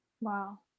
Wow